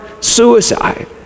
suicide